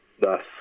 Thus